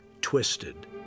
twisted